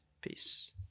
peace